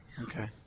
Okay